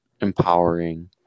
empowering